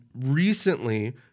recently